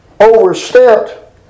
overstepped